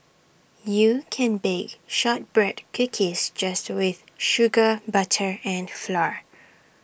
you can bake Shortbread Cookies just with sugar butter and flour